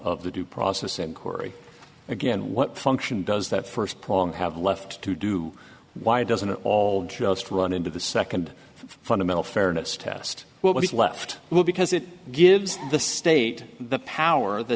of the due process and corey again what function does that first prong have left to do why doesn't it all just run into the second fundamental fairness test what is left will because it gives the state the power the